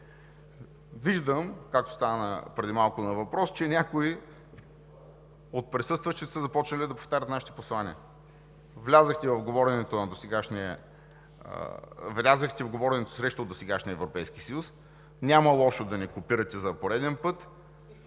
Виждам, както стана преди малко въпрос, че някои от присъстващите са започнали да повтарят нашите послания. Влязохте в говоренето срещу досегашния Европейски съюз. Няма лошо да ни копирате за пореден път.